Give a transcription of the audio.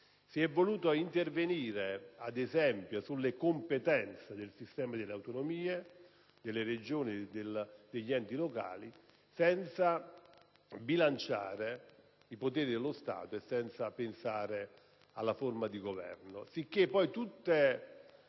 Si è voluti intervenire, ad esempio, sulle competenze del sistema delle autonomie, delle Regioni e degli enti locali, senza bilanciare i poteri dello Stato e senza pensare alla forma di Governo. Sicché tutte